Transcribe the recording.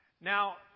now